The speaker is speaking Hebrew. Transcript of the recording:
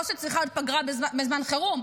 לא שצריכה להיות פגרה בזמן חירום,